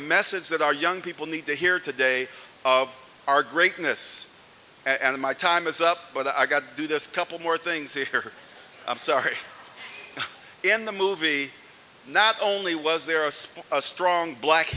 message that our young people need to hear today of our greatness and my time is up but i gotta do this a couple more things here i'm sorry in the movie not only was there us a strong black